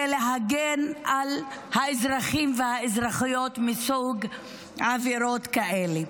להגן על האזרחים והאזרחיות מסוג עבירות כאלה.